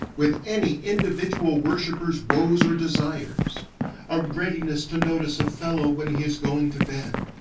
with any individual worshipper's woes or desires a readiness to notice a fellow when he is going to bed.